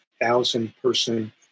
thousand-person